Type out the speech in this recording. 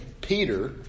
Peter